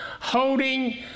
holding